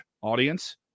audience